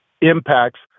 impacts